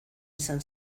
izan